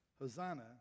Hosanna